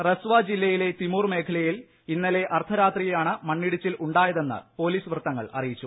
റസ്വാ ജില്ലയിലെ തിമൂർ മേഖല്ലയിൽ ഇന്നലെ അർദ്ധരാത്രിയിലാണ് മണ്ണിടിച്ചിൽ ഉണ്ടായതെന്ന് പോലീസ് വൃത്തങ്ങൾ അറിയിച്ചു